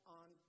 on